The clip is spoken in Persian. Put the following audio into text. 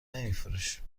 نمیفروشیم